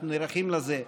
אנחנו נערכים לזה,